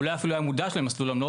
הוא לא היה אפילו מודע למסלול עמלות.